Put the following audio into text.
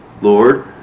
Lord